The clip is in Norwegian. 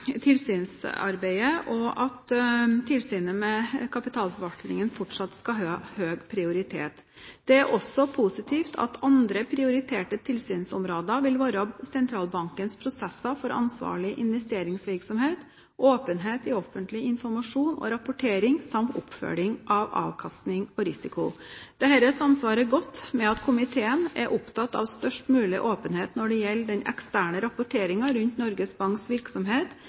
at tilsynet med kapitalforvaltningen fortsatt skal ha høy prioritet. Det er også positivt at andre prioriterte tilsynsområder vil være sentralbankens prosesser for ansvarlig investeringsvirksomhet, åpenhet i offentlig informasjon og rapportering samt oppfølging av avkastning og risiko. Dette samsvarer godt med at komiteen er opptatt av størst mulig åpenhet når det gjelder den eksterne rapporteringen rundt Norges Banks virksomhet,